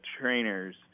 trainers